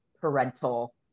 parental